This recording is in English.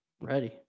Ready